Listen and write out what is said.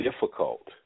difficult